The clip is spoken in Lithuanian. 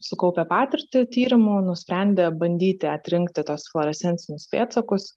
sukaupę patirtį tyrimų nusprendę bandyti atrinkti tuos fluorescencinius pėdsakus